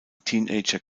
teenager